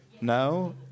No